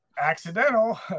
Accidental